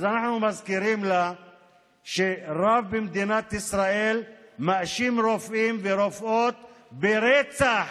אנחנו מזכירים לה שרב במדינת ישראל מאשים רופאים ורופאות ברצח